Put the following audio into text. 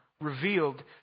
revealed